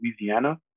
Louisiana